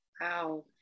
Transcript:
wow